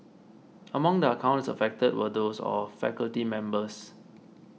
among the accounts affected were those of faculty members